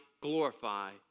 glorify